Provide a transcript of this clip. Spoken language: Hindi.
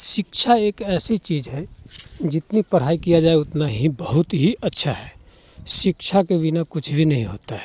शिक्षा एक ऐसी चीज है जितनी पढ़ाई किया जाए उतना ही बहुत ही अच्छा है शिक्षा के बिना कुछ भी नहीं होता है